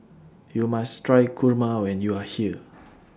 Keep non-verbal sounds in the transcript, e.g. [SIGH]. YOU must Try Kurma when YOU Are here [NOISE]